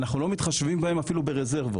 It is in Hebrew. אנחנו לא מתחשבים בהם אפילו ברזרבות,